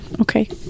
okay